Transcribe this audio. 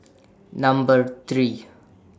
Number three